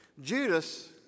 Judas